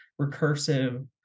recursive